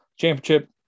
championship